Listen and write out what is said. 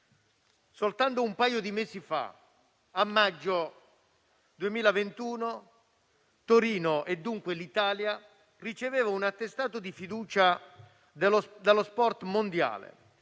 Soltanto un paio di mesi fa, a maggio 2021, Torino e, dunque, l'Italia, ricevevano un attestato di fiducia dallo sport mondiale.